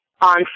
on